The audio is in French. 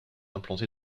implantée